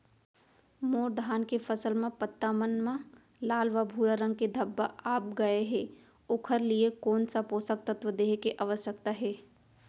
मोर धान के फसल म पत्ता मन म लाल व भूरा रंग के धब्बा आप गए हे ओखर लिए कोन स पोसक तत्व देहे के आवश्यकता हे?